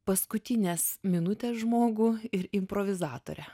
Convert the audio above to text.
paskutinės minutės žmogų ir improvizatorę